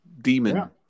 demon